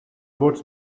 boats